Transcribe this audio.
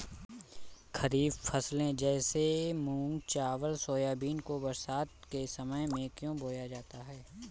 खरीफ फसले जैसे मूंग चावल सोयाबीन को बरसात के समय में क्यो बोया जाता है?